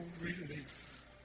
relief